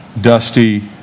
dusty